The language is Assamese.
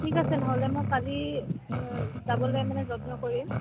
ঠিক আছে নহ'লে মই কাইলৈ যাবলৈ মানে যত্ন কৰিম